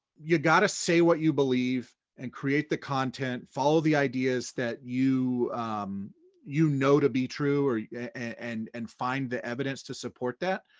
you gotta say what you believe and create the content, follow the ideas that you you know to be true yeah and and find the evidence to support that.